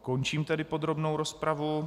Končím tedy podrobnou rozpravu.